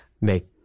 make